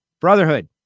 brotherhood